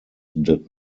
did